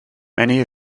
many